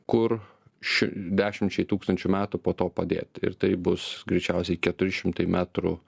kur ši dešimčiai tūkstančių metų po to padėti ir tai bus greičiausiai keturi šimtai metrų